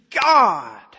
God